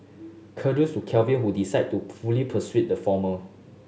Kudos to Kevin who decided to fully pursue the former